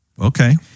Okay